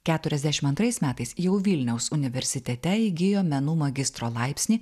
keturiasdešim antrais metais jau vilniaus universitete įgijo menų magistro laipsnį